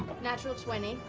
natural twenty.